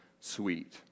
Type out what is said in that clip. sweet